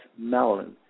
melanin